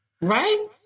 Right